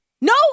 No